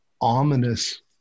ominous